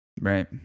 right